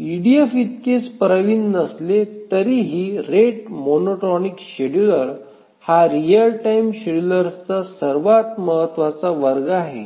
ईडीएफइतकेच प्रवीण नसले तरीही रेट मोनोटॉनिक शेड्यूलर हा रिअल टाइम शेड्युलर्सचा सर्वात महत्वाचा वर्ग आहे